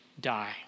die